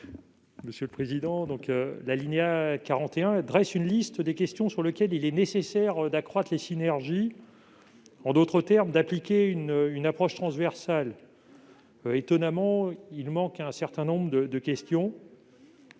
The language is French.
M. Thierry Cozic. L'alinéa 41 dresse une liste des questions sur lesquelles il est nécessaire d'accroître les synergies, en d'autres termes d'appliquer une approche transversale. Étonnamment, il manque un certain nombre de questions.